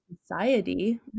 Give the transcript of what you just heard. society